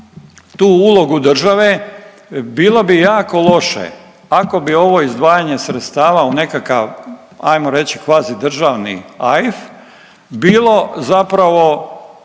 tu ulogu države, bilo bi jako loše ako bi ovo izdvajanje sredstava u nekakav ajmo reći kvazi državni AIF bilo zapravo